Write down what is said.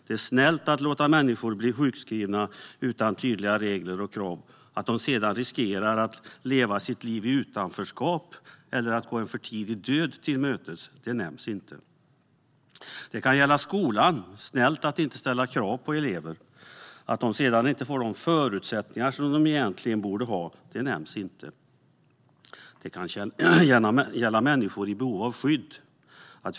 Det är snällt att låta människor bli sjukskrivna utan tydliga regler och krav. Att de sedan riskerar att leva sitt liv i utanförskap eller gå en för tidig död till mötes nämns inte. Det kan gälla skolan. Det är snällt att inte ställa krav på elever. Att de sedan inte får de förutsättningar de egentligen borde få nämns inte. Det kan gälla människor i behov av skydd.